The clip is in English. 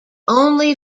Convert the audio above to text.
only